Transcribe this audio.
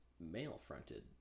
male-fronted